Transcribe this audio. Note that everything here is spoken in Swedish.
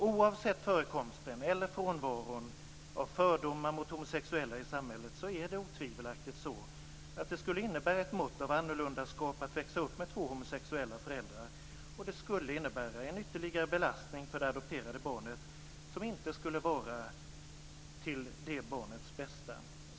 Oavsett förekomsten eller frånvaron av fördomar mot homosexuella i samhället är det otvivelaktigt så att det skulle innebära ett mått av annorlundaskap att växa upp med två homosexuella föräldrar, och det skulle innebära en ytterligare belastning för det adopterade barnet som inte skulle vara till det barnets bästa.